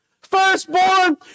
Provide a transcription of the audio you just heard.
Firstborn